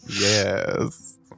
Yes